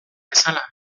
bezala